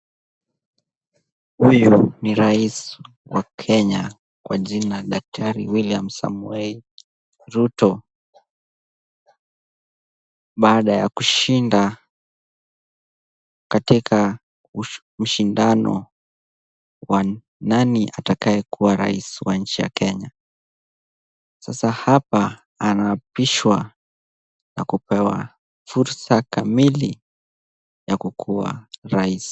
Huyu ni rais wa Kenya kwa jina Daktari William Samoei Ruto baada ya kushinda katika ushindano wa nani atakayekuwa rais wa nchi ya Kenya. Sasa hapa anaapishwa na kupewa fursa kamili ya kukuwa rais.